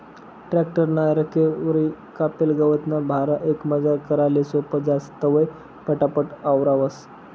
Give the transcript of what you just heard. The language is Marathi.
ट्रॅक्टर ना रेकवरी कापेल गवतना भारा एकमजार कराले सोपं जास, तवंय पटापट आवरावंस